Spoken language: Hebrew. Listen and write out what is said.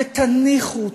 ותניחו,